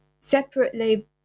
separately